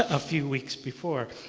a few weeks before.